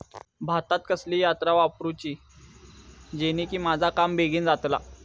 भातात कसली यांत्रा वापरुची जेनेकी माझा काम बेगीन जातला?